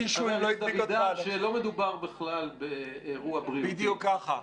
אל תדאג --- רק תדע שלא מדובר בכלל באירוע בריאותי --- בדיוק ככה.